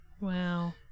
wow